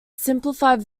simplified